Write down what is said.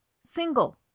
single